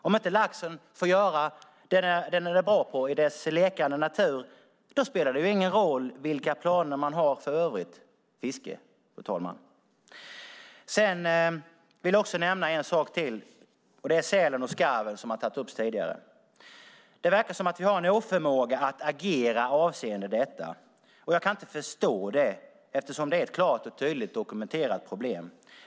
Om inte laxen får göra det den är bra på i sin lekande natur spelar det ingen roll vilka planer man har för övrigt för fisket, fru talman. Sälen och skarven har tagits upp tidigare. Vi verkar ha en oförmåga att agera avseende detta, och jag kan inte förstå det. Det är ett klart och tydligt dokumenterat problem.